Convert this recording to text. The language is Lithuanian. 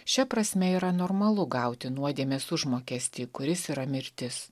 šia prasme yra normalu gauti nuodėmės užmokestį kuris yra mirtis